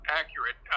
accurate